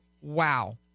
wow